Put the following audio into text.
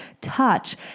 touch